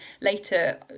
later